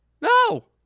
No